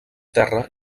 terra